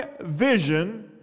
vision